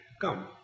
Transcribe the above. Come